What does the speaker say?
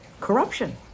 corruption